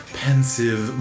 pensive